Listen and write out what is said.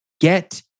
Get